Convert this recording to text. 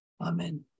Amen